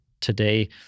today